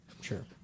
Sure